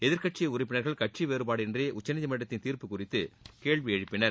எதிர்கட்சி உறுப்பினர்கள் கட்சி வேறுபாடின்றி உச்சநீதிமன்றத்தின் தீர்ப்பு குறித்து கேள்வி எழுப்பினர்